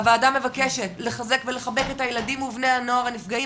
הועדה מבקשת לחזק ולחבק את הילדים ובני הנוער הנפגעים